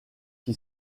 qui